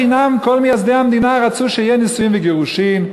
לא לחינם כל מייסדי המדינה רצו שיהיו נישואים וגירושים,